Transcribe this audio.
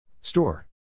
Store